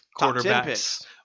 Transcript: quarterbacks